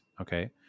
Okay